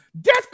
Death